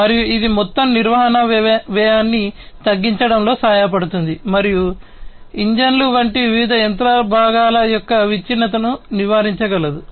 మరియు ఇది మొత్తం నిర్వహణ వ్యయాన్ని తగ్గించడంలో సహాయపడుతుంది మరియు ఇంజిన్లు వంటి వివిధ యంత్ర భాగాల యొక్క విచ్ఛిన్నతను నివారించగలదు